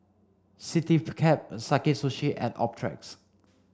Citycab Sakae Sushi and Optrex